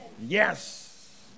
Yes